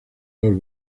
los